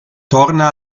torna